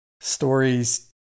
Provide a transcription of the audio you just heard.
stories